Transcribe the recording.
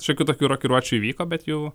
šiokių tokių rokiruočių įvyko bet jau